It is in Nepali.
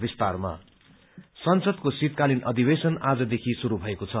सेशन संसदको शीतकालिन अधिवेशन आजदेखि शुरू भएको छ